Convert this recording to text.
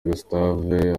gustave